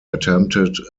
attempted